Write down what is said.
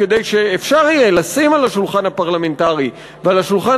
כדי שיהיה אפשר לשים על השולחן הפרלמנטרי ועל השולחן